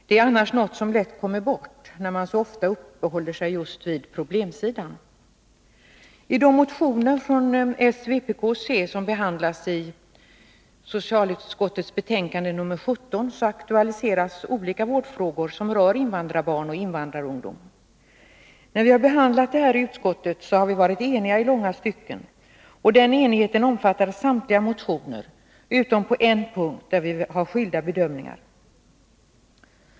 Det är annars något som lätt kommer bort, när man ofta uppehåller sig vid problemen. I de motioner från s, vpk och c som behandlas i socialutskottets betänkande nr 17 aktualiseras olika vårdfrågor som rör invandrarbarn och invandrarungdom. När vi i utskottet behandlat dem har vi i långa stycken varit eniga. Den enigheten omfattade samtliga motioner utom en. På den punkten har vi skilda bedömningar.